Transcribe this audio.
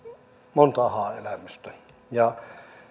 monta ahaa elämystä